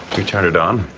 you turn it on.